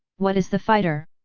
what is the fighter?